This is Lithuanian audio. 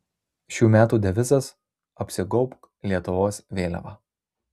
šių metų devizas apsigaubk lietuvos vėliava